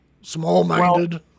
small-minded